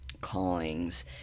callings